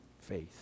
faith